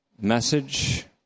message